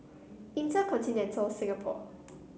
InterContinental Singapore